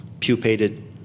pupated